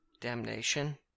Damnation